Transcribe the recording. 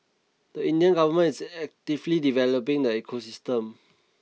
the Indian government is actively developing the ecosystem